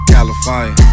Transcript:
California